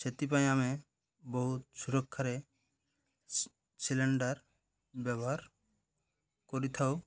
ସେଥିପାଇଁ ଆମେ ବହୁତ ସୁରକ୍ଷାରେ ସିଲିଣ୍ଡର ବ୍ୟବହାର କରିଥାଉ